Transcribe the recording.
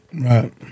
right